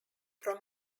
from